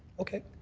okay.